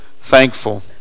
thankful